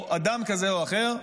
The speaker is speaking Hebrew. או אדם כזה או אחר,